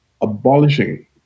abolishing